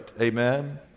Amen